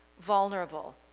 vulnerable